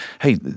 Hey